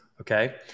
Okay